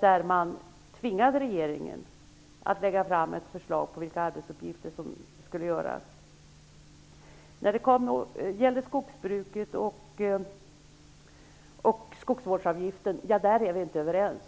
där man tvingade regeringen att lägga fram ett förslag om vilka arbetsuppgifter som skall utföras. När det gäller skogsbruket och skogsvårdsavgifter är vi inte överens.